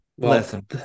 Listen